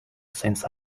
since